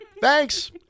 Thanks